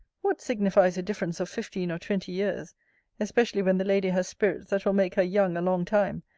what signifies a difference of fifteen or twenty years especially when the lady has spirits that will make her young a long time,